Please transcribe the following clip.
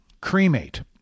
cremate